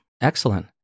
Excellent